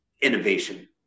innovation